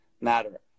matter